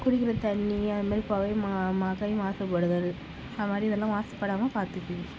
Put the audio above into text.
குடிக்கிற தண்ணி அந்த மாதிரி புகை மாசுபடுதல் அந்த மாதிரி இதெல்லாம் மாசு படாமல் பார்த்துக்கணும்